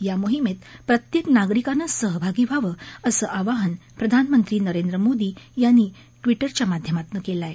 या मोहिमेत प्रत्येक नागरिकाने सहभागी व्हावं असं आवाहन प्रधानमंत्री नरेंद्र मोदी यांनी ट्विटरच्या माध्यमातून केलं आहे